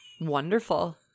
Wonderful